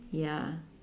ya